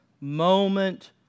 moment